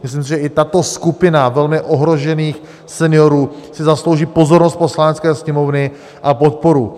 Myslím si, že i tato skupina velmi ohrožených seniorů si zaslouží pozornost Poslanecké sněmovny a podporu.